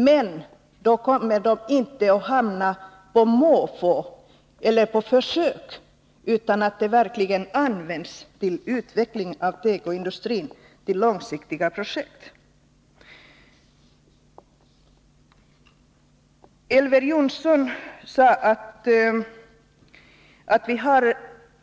Men då kommer de inte att hamna där på måfå eller sättas in på försök, utan de kommer verkligen att användas till utveckling av tekoindustrin och till långsiktiga projekt. Elver Jonsson sade att vi